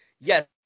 Yes